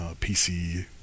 PC